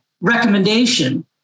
recommendation